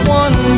one